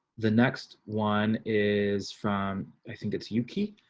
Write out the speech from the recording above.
the next one is from i think it's yuki.